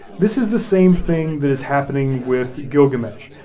this is the same thing that is happening with gilgamesh.